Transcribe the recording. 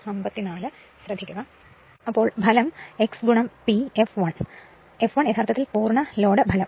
അതിനാൽ P fl യഥാർത്ഥത്തിൽ പൂർണ്ണ ലോഡ് ഫലം ആയിരിക്കും